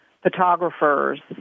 photographers